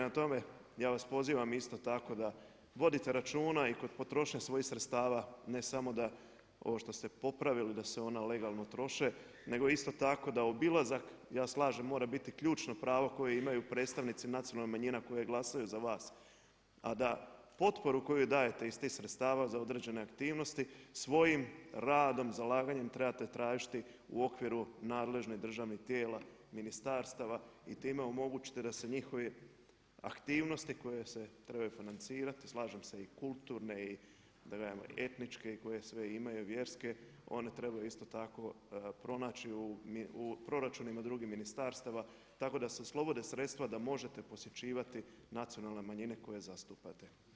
Prema tome, ja vas pozivam isto tako da vodite računa i kod potrošnje svojih sredstava ne samo da ovo što ste popravili da se ona legalno troše nego isto tako da obilazak, ja se slažem, mora biti ključno pravo koje imaju predstavnici nacionalnih manjina koji glasaju za vas, a da potporu koju dajete iz tih sredstava za određene aktivnosti svojim radom, zalaganjem trebate tražiti u okviru nadležnih državnih tijela ministarstava i time omogućite da se njihove aktivnosti koje se trebaju financirati slažem se i kulturne i etničke i koje sve imaju, vjerske, one trebaju isto tako pronaći u proračunima drugih ministarstava tako da se oslobode sredstva da možete posjećivati nacionalne manjine koje zastupate.